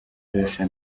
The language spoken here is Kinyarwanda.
sacha